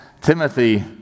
Timothy